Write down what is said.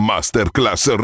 Masterclass